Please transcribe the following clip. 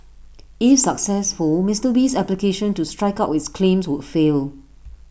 if successful Mister Wee's application to strike out with claims would fail